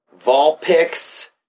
Volpix